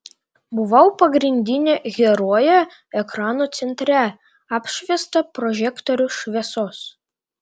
buvau pagrindinė herojė ekrano centre apšviesta prožektorių šviesos